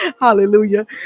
Hallelujah